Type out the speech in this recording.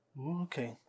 Okay